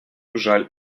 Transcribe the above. жаль